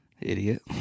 Idiot